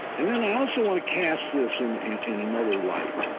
and then i also want to cast this and in another light.